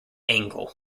angle